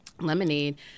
Lemonade